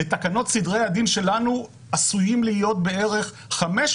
לתקנות סדרי הדין שלנו עשויים להיות בערך 500